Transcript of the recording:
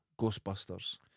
Ghostbusters